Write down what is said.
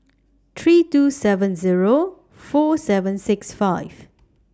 three two seven Zero four seven six five